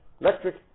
electric